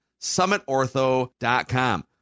SummitOrtho.com